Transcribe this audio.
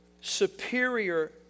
superior